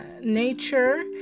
nature